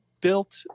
built